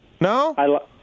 No